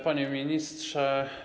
Panie Ministrze!